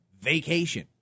vacation